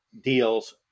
deals